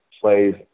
plays